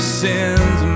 sins